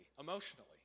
emotionally